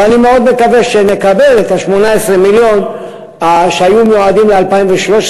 אבל אני מאוד מקווה שנקבל את 18 המיליון שהיו מיועדים ל-2013.